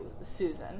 Susan